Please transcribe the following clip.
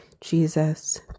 jesus